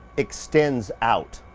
extends out.